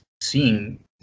seeing